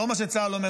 לא מה שצה"ל אומר,